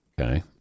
Okay